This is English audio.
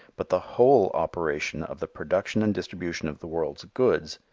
but the whole operation of the production and distribution of the world's goods,